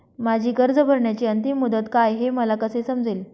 माझी कर्ज भरण्याची अंतिम मुदत काय, हे मला कसे समजेल?